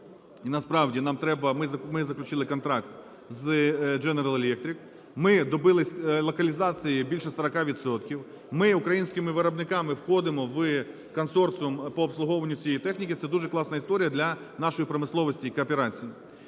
ми заключили контракт з General Electric, ми добилися локалізації більше 40 відсотків. Ми українськими виробниками входимо в консорціум по обслуговуванню цієї техніки, це дуже класна історія для нашої промисловості і кооперації.